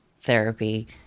therapy